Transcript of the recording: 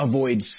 Avoid